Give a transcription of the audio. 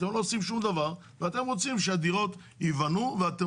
אתם לא עושים שום דבר ואתם רוצים שהדירות ייבנו ואתם